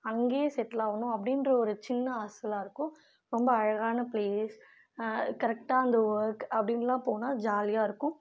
அங்கேயே செட்டில் ஆகணும் அப்படின்ற ஒரு சின்ன ஆசைலாம் இருக்கும் ரொம்ப அழகான ப்ளேஸ் கரெக்டாக அந்த ஒர்க் அப்படின்லாம் போனால் ஜாலியாக இருக்கும்